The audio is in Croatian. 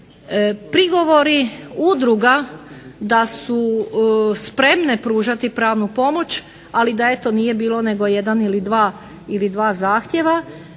Prigovori udruga da su spremne pružati pravnu pomoć, ali da eto nije bilo, nego jedan ili dva zahtjeva,